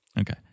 Okay